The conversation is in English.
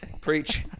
Preach